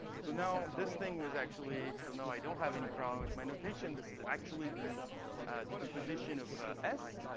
so now, this thing was actually so now, i don't have any problem with my notation. this is actually the decomposition of s.